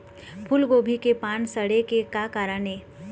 फूलगोभी के पान सड़े के का कारण ये?